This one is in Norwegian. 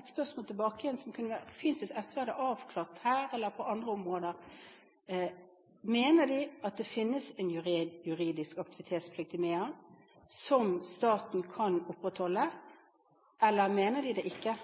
et spørsmål tilbake, som det kunne være fint om SV hadde avklart på dette eller andre områder: Mener de at det finnes en juridisk aktivitetsplikt i Mehamn, som staten kan opprettholde, eller mener de det ikke?